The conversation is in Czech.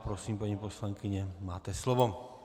Prosím, paní poslankyně, máte slovo.